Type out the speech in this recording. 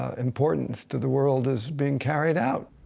ah importance to the world is being carried out.